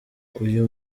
uyu